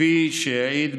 כפי שהעיד,